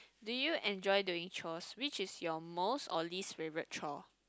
do you enjoy doing chores which is your most or least favourite chore